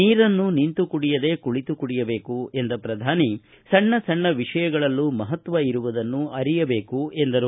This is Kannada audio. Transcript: ನೀರನ್ನು ನಿಂತು ಕುಡಿಯದೇ ಕುಳತು ಕುಡಿಯಬೇಕು ಎಂದ ಪ್ರಧಾನಿ ಸಣ್ಣ ಸಣ್ಣ ವಿಷಯಗಳಲ್ಲೂ ಮಹತ್ವ ಇರುವುದನ್ನು ಅರಿಯಬೇಕು ಎಂದರು